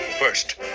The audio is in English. First